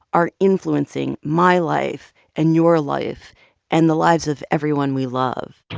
are influencing my life and your life and the lives of everyone we love